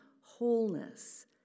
wholeness